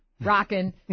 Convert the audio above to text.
rocking